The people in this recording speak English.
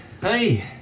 Hey